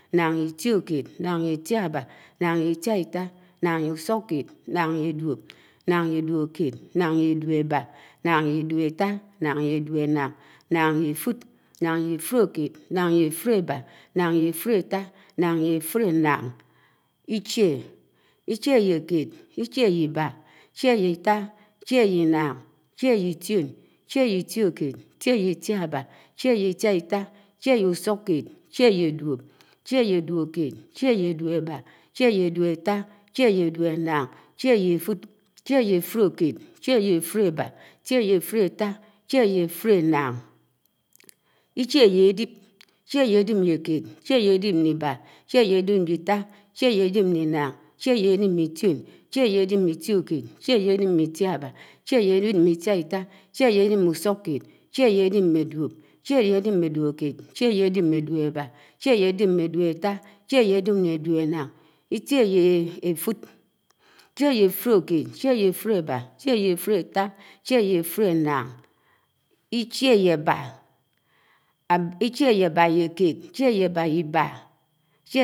ánún yè Itìio̱kèd, Ikié yé dúoked. ánán yé Itiábá, Ikié yé duo̱ebà. ánán yé Itiáitá, Ikié yé duóettá. ánán yé usúked, Ikié yé dúoenāṉ. ánán yé dúop, Ikié yé efúd. ánán yé duóked, Ikié yé efudéked. ánán yé duóebá, Ikié yé efúd ebá. ánán yé duóettá, Ikié yé efudétá. ánán yé duoénan, Ikié yé efudenán. ánán yé efúd, Ikié yé elip. ánán yé efudkéd, Ikié yé elip me kéd. ánán yé efudébá, Ikié yé elip me Ibá. ánán yé efúdettá, Ikié yé elip me Ittá. ánán yé efúdena̱n, Ikié yé elip me Ináṉ. Ikié, Ikié yé elip̄ mē Itioṉ. Ikié yé kéd, Ikié yé elip mé Itiokéd. Ikié yé Ibá, Ikié yé elip mé Itiaba. Ikié yé Itá, Ikié elip mé Itiáitá. Ikié yé Ináṉ, Ikié yé elip m̱é dúop. Ikié yé Itión, Ikié yé elip mé dúokéd. Ikié yé Itiókéd, Ikié yé elip me dúoebá. Ikié yé Itiábá, Ikié yé elip mé duoéttá. Ikié yé Itiáitá, Ikié yé elip ḿe duoénán. Ikié yé usúked, Ikié yé efúd. Ikié yé duóp, Ikié yé efúdekéd. átá yé dúoena̱n. átá yé efúd. átá yé efuéked. átá yé efudébá. átá yé efudéttá. átá yé efúdeñan. áṉáṉ. ánán yé kéd. ánán yé Ibá. ánán yé Ittá. ánán yé Inān. ánán yé Itìon. Íki̱e ýe áfu̱debá. Íkie ýe afudetta. Íkie ýe afudenan. Íkie ýe ábá. Íkie ye ábá ýe kéd. Íkie ye ábá ye Ibā